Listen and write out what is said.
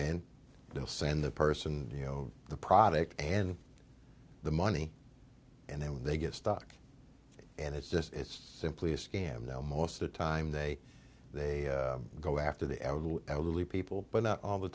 will send the person you know the product and the money and then they get stuck and it's just it's simply a scam now most of the time they they go after the elderly people but not all the